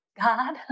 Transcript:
god